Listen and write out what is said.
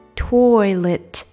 toilet